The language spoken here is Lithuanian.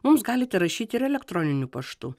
mums galite rašyti ir elektroniniu paštu